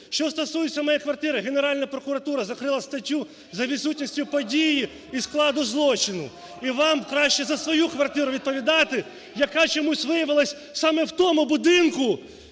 Що стосується моєї квартири, Генеральна прокуратура закрила статтю за відсутністю події і складу злочину. І вам краще за свою квартиру відповідати, яка чомусь виявилась саме в тому будинку,